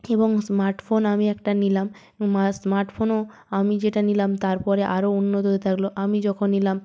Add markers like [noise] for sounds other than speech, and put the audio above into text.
এবং স্মার্টফোন আমি একটা নিলাম স্মার্টফোনও আমি যেটা নিলাম তারপরে আরও অন্য [unintelligible] থাকল আমি যখন নিলাম